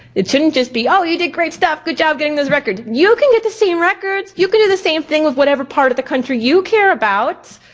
it shouldn't just be, oh you did great stuff, good job getting those records, you can get the same records. you could do the same thing with whatever part of the country you care about.